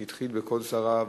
הוא התחיל בקול סערה,